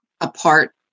apart